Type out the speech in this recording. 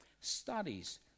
studies